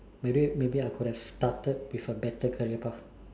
maybe maybe I could've started with a better career path